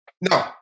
no